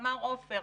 אמר עופר,